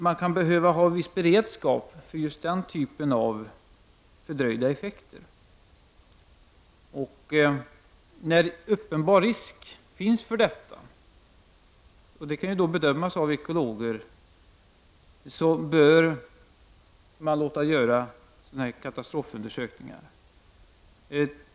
Man kan behöva ha viss beredskap för just den typen av fördröjda effekter, när uppenbar risk finns för detta — och det kan då bedömas av ekologer — bör man låta göra katastrofundersökningar.